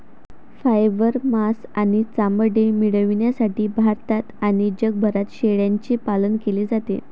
fibre, मांस आणि चामडे मिळविण्यासाठी भारतात आणि जगभरात शेळ्यांचे पालन केले जाते